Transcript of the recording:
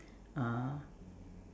uh